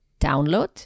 download